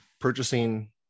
purchasing